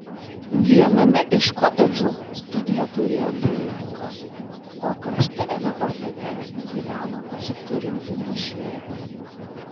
viename iš kotedžų studiją turėjo dailininkas o kraštiniame pastate gyveno pasiturinti našlė